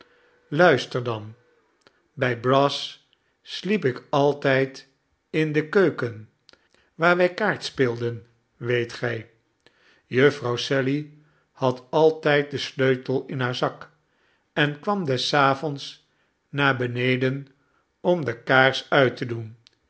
luister dan bij brass sliep ik altijd in de keuken waar wij kaart speelden weet gij jufvrouw sally had altijd den sleutel in haar zak en kwam des avonds naar beneden om de kaars uit te doen